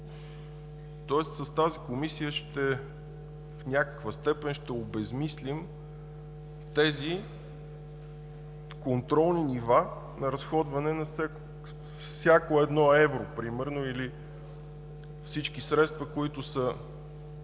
Тоест с тази комисия в някаква степен ще обезсмислим тези контролни нива на разходване на всяко едно евро или всички средства, които се